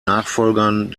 nachfolgern